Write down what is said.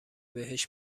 بهشت